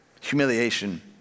humiliation